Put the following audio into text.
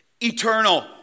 Eternal